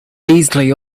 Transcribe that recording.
beasley